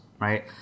Right